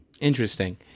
Interesting